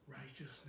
righteousness